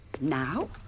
Now